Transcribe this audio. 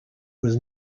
was